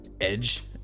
edge